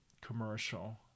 commercial